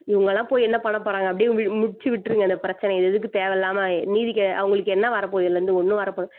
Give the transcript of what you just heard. இவங்கள்லாம் போய் என்ன பண்ண போகிறாங்க அப்படியே முடிச்சி விட்டுருங்க இந்த பிரச்சனையை இது எதுக்கு தேவையில்லாமல் நீதி அவங்களுக்கு என்ன வரப்போகுது இதுலேருந்து ஒன்றும் வரப்போகிற